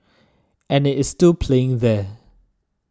and it is still playing there